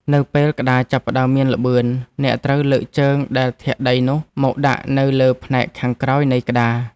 នៅពេលក្ដារចាប់ផ្ដើមមានល្បឿន អ្នកត្រូវលើកជើងដែលធាក់ដីនោះមកដាក់នៅលើផ្នែកខាងក្រោយនៃក្ដារ។